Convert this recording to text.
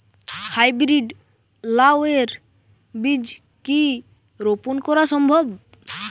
High breed লাও এর বীজ কি রোপন করা সম্ভব?